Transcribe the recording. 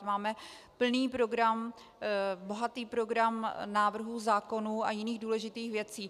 Máme plný program, bohatý program návrhů zákonů a jiných důležitých věcí.